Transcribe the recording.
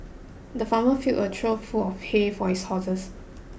the farmer filled a trough full of hay for his horses